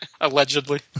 Allegedly